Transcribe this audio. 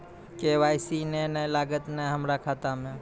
KYC ने न लागल या हमरा खाता मैं?